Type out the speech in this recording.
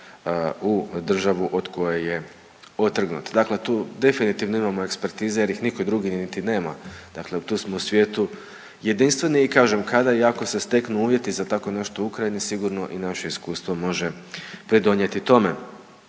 u državu od koje je otrgnut, dakle tu definitivno imamo ekspertize jer ih nitko drugi niti nema, dakle tu smo u svijetu jedinstveni i kažem kada i ako se steknu uvjeti za tako nešto u Ukrajini sigurno i naše iskustvo može pridonijeti tome.